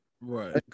Right